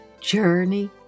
Journey